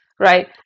right